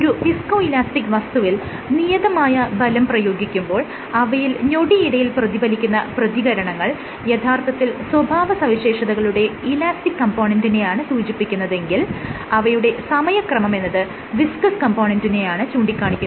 ഒരു visco elastic വസ്തുവിൽ നിയതമായ ബലം പ്രയോഗിക്കുമ്പോൾ അവയിൽ ഞൊടിയിടയിൽ പ്രതിഫലിക്കുന്ന പ്രതികരണങ്ങൾ യഥാർത്ഥത്തിൽ സ്വഭാവ സവിശേഷതകളുടെ ഇലാസ്റ്റിക് കംപോണെന്റിനെയാണ് സൂചിപ്പിക്കുന്നതെങ്കിൽ അവയുടെ സമയക്രമമെന്നത് വിസ്കസ് കംപോണെന്റിനെയാണ് ചൂണ്ടിക്കാണിക്കുന്നത്